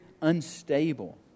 unstable